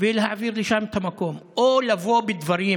ולהעביר לשם את המקום, או לבוא בדברים